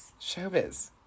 Showbiz